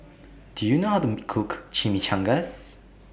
Do YOU know How to Cook Chimichangas